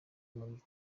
muri